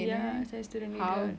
ya saya student leader